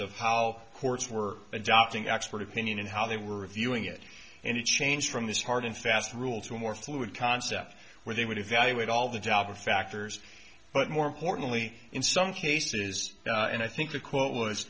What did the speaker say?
of how courts were adopting expert opinion and how they were reviewing it and it changed from this hard and fast rule to a more fluid concept where they would evaluate all the job of factors but more importantly in some cases and i think the quote was